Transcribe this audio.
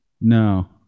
No